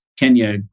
Kenya